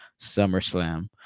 SummerSlam